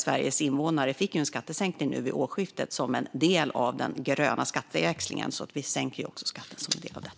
Sveriges invånare fick en skattesänkning nu vid årsskiftet som en del av den gröna skatteväxlingen, så vi sänker också skatter som en del av detta.